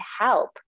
help